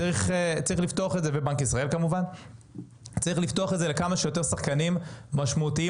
צריך לפתוח את זה לכמה שיותר שחקנים משמעותיים